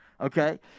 okay